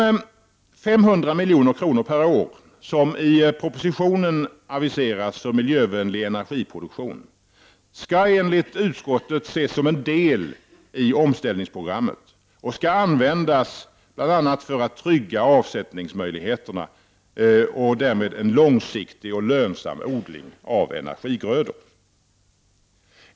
De 500 milj.kr. per år som i propositionen aviseras för miljövänlig energiproduktion skall enligt utskottet ses som en del i omställningsprogrammet och skall användas bl.a. för att trygga avsättningsmöjligheterna och därmed en långsiktig och lönsam odling av energigrödor.